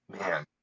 man